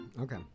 Okay